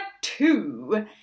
two